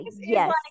Yes